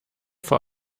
vor